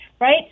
right